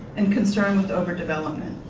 and concern with overdevelopment.